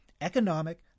economic